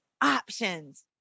options